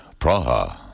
Praha